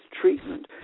treatment